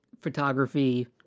photography